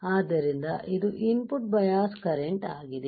ಆದ್ದರಿಂದ ಇದು input bias current ಆಗಿದೆ